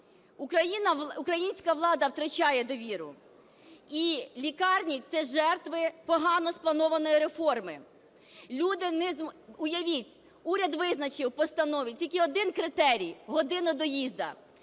Українська влада втрачає довіру, і лікарні – це жертви погано спланованої реформи. Уявіть, уряд визначив у постанові тільки один критерій – годину доїзду.